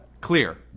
Clear